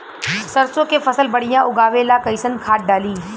सरसों के फसल बढ़िया उगावे ला कैसन खाद डाली?